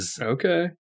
Okay